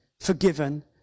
forgiven